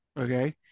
okay